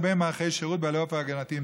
לבין מערכי שירות בעלי אופי הגנתי,